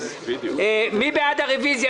מי בעד הרוויזיה?